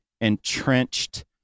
entrenched